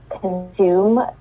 consume